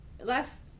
last